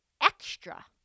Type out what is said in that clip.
extra